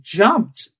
jumped